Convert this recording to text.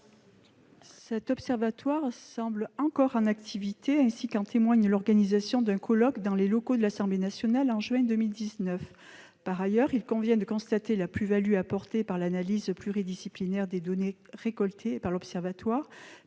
la désistance semble encore en activité, ainsi qu'en témoigne l'organisation d'un colloque dans les locaux de l'Assemblée nationale en juin dernier. Par ailleurs, il convient de constater la plus-value apportée par l'analyse pluridisciplinaire des données récoltées par cet observatoire